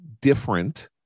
different